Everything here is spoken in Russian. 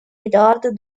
миллиарды